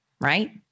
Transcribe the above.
Right